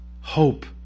Hope